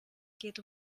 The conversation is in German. geht